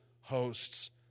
hosts